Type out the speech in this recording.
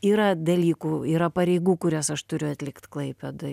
yra dalykų yra pareigų kurias aš turiu atlikt klaipėdoj